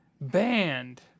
banned